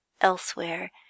elsewhere